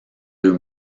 deux